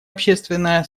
общественное